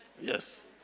yes